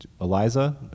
eliza